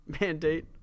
mandate